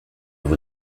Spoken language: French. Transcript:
vous